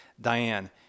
Diane